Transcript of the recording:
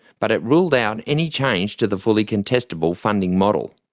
but it ruled out any change to the fully-contestable funding model.